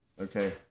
okay